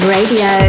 Radio